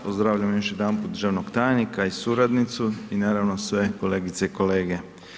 Pozdravljam još jedanput državnog tajnika i suradnicu i naravno sve kolegice i kolege.